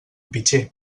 pitxer